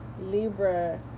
Libra